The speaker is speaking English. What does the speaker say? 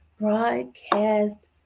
broadcast